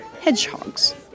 hedgehogs